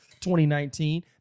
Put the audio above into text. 2019